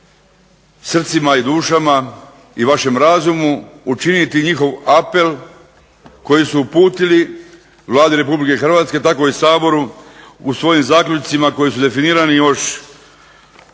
srcima i dušama i vašem razumu učiniti njihov apel koji su uputili Vladi RH tako i Saboru u svojim zaključcima koji su definirani još